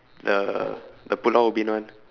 the the pulau ubin one